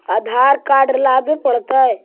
आधार card लाबे पड़तै?